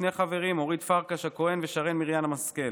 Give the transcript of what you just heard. שני חברים: אורית פרקש הכהן ושרן מרים השכל,